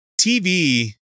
TV